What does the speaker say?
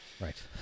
Right